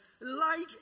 light